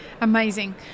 Amazing